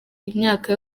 imyaka